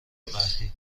قحطی